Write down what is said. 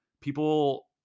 people